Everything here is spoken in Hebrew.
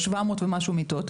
עם 700 ומשהו מיטות,